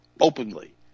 openly